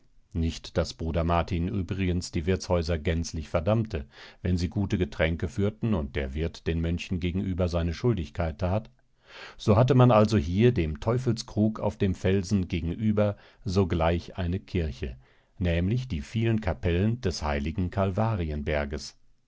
nicht daß bruder martin übrigens die wirtshäuser gänzlich verdammte wenn sie gute getränke führten und der wirt den mönchen gegenüber seine schuldigkeit tat so hatte man also hier dem teufelskrug auf dem felsen gegenüber sogleich eine kirche nämlich die vielen kapellen des heiligen